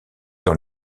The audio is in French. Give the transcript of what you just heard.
dans